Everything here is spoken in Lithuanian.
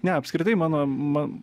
ne apskritai mano ma